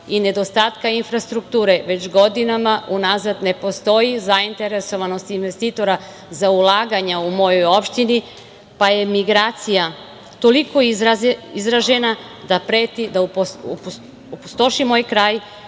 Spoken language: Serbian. i nedostatka infrastrukture već godinama unazad ne postoji zainteresovanost investitora za ulaganja u mojoj opštini, pa je migracija toliko izražena da preti da opustoši moj kraj,